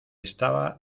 estaba